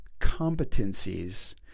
competencies